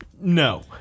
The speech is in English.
No